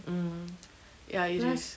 mm ya it is